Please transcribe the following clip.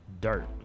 dirt